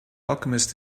alchemist